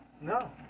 No